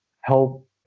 help